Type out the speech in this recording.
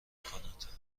کند